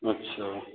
আচ্ছা